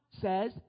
says